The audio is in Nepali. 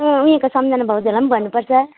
अँ उयाको सम्झना भाउजूहरूलाई पनि भन्नुपर्छ